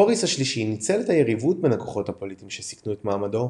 בוריס השלישי ניצל את היריבויות בין הכוחות הפוליטיים שסיכנו את מעמדו,